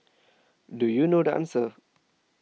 do you know the answer